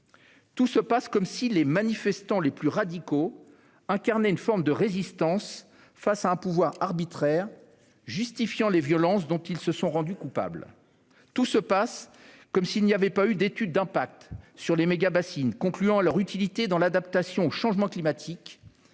Tout se passe comme si les manifestants les plus radicaux incarnaient une forme de résistance à un pouvoir arbitraire, justifiant les violences dont ils se sont rendus coupables. Tout se passe comme s'il n'y avait pas eu d'études d'impact sur les mégabassines concluant à leur utilité dans l'adaptation au changement climatique